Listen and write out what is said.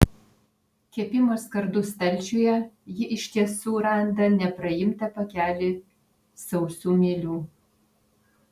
kepimo skardų stalčiuje ji iš tiesų randa nepraimtą pakelį sausų mielių